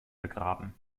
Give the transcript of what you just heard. begraben